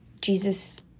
jesus